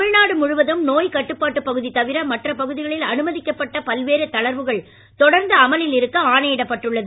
தமிழ்நாடு முழுவதும் நோய்க் கட்டுபாட்டு பகுதி தவிர மற்ற பகுதிகளில் அனுமதிக்கப்பட்ட பல்வேறு தளர்வுகள் தொடர்ந்து அமலில் இருக்க ஆணையிடப்பட்டுள்ளது